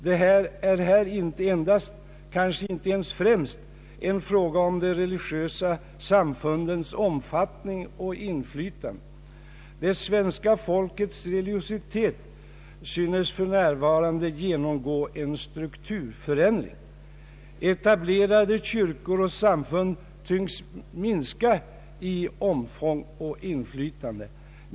Det är här inte endast, kanske inte främst, en fråga om de religiösa samfundens omfattning och inflytande. Det svenska folkets religiositet synes för närvarande genomgå en strukturförändring. Etablerade kyrkor och samfund tycks minska i omfång och inflytande.